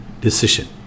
decision